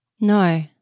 No